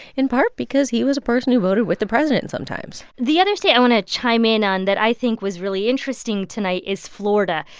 in part because he was a person who voted with the president sometimes the other thing i want to chime in on that, i think, was really interesting tonight is florida.